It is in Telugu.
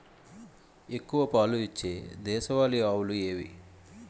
ఎక్కువ పాలు ఇచ్చే దేశవాళీ ఆవులు ఏవి?